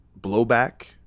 blowback